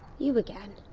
you again!